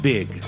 Big